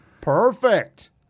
Perfect